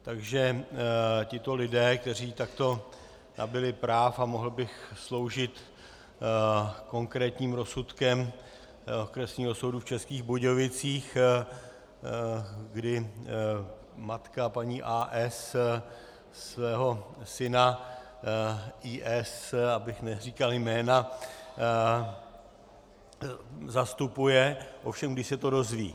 Takže tito lidé, kteří takto nabyli práv a mohl bych sloužit konkrétním rozsudkem Okresního soudu v Českých Budějovicích, kdy matka, paní A. S., svého syna I. S., abych neříkal jména, zastupuje, ovšem když se to dozví.